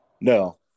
No